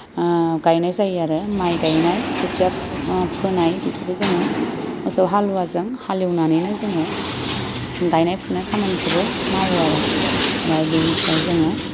गायनाय जायो आरो माइ गायनाय खोथिया फोनाय बेखौबो जोङो मोसौ हालुवाजों हालेवनानैनो जोङो गायनाय फुनाय खामानिखौबो मावो आरो ओमफ्राय बेनिफ्राय जोङो